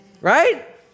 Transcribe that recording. Right